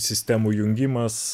sistemų jungimas